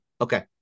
Okay